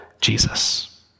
Jesus